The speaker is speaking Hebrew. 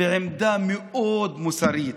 בעמדה מאוד מוסרית